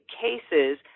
cases